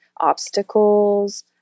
obstacles